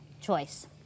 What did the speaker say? choice